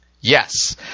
Yes